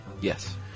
Yes